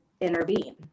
intervene